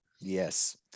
yes